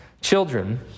Children